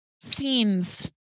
scenes